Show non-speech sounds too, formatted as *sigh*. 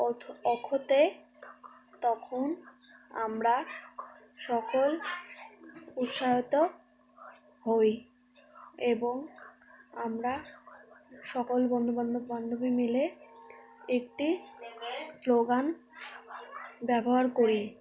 অথ *unintelligible* তখন আমরা সকল উৎসাহিত হই এবং আমরা সকল বন্ধুবান্ধব বান্ধবী মিলে একটি স্লোগান ব্যবহার করি